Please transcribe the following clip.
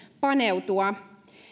paneutua